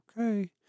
Okay